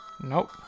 Nope